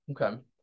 Okay